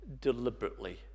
deliberately